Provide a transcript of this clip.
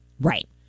right